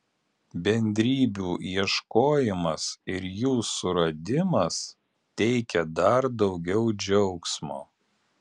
bendrybių ieškojimas ir jų suradimas teikia dar daugiau džiaugsmo